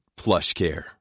PlushCare